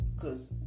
cause